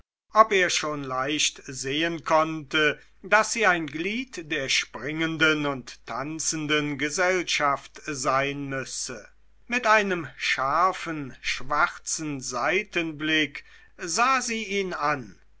ob er schon leicht sehen konnte daß sie ein glied der springenden und tanzenden gesellschaft sein müsse mit einem scharfen schwarzen seitenblick sah sie ihn an